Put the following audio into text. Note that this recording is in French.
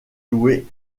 louer